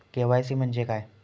KYC म्हणजे काय?